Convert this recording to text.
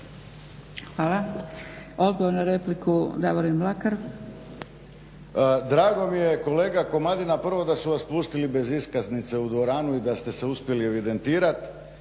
Mlakar. **Mlakar, Davorin (HDZ)** Drago mi je kolega Komadina, prvo da su vas pustili bez iskaznice u dvoranu i da ste se uspjeli evidentirat.